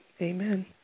Amen